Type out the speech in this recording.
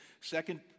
Second